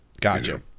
Gotcha